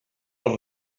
els